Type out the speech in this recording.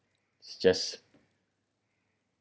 it's just